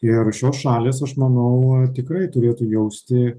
ir šios šalys aš manau tikrai turėtų jausti